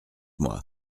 moi